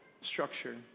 structure